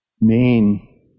main